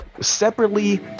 separately